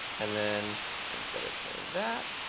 and then i can set it to that.